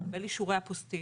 לקבל אישורי אפוסטיל,